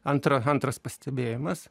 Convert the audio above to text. antra antras pastebėjimas